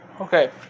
Okay